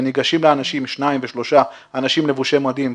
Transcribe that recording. וניגשים לאנשים שניים ושלושה אנשים לבושי מדים,